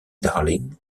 darling